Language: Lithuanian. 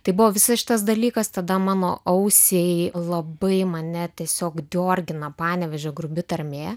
tai buvo visas šitas dalykas tada mano ausiai labai mane tiesiog diorgina panevėžio grubi tarmė